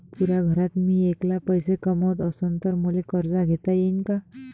पुऱ्या घरात मी ऐकला पैसे कमवत असन तर मले कर्ज घेता येईन का?